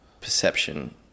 perception